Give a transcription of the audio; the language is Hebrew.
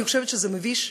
אני חושבת שזה מביש,